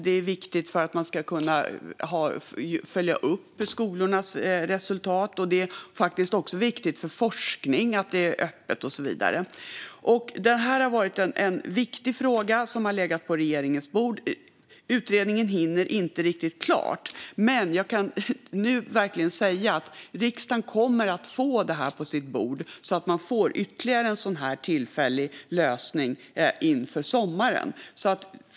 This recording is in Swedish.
Den är också viktig för att man ska kunna följa upp skolornas resultat, och det är också viktigt för forskningen att det är öppet och så vidare. Det här har varit en viktig fråga som har legat på regeringens bord. Men utredningen hinner inte riktigt klart. Men jag kan nu verkligen säga att riksdagen kommer att få detta på sitt bord, så att man får ytterligare en tillfällig lösning inför sommaren.